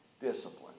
discipline